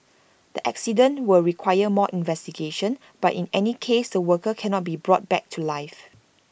the accident will require more investigation but in any case the worker cannot be brought back to life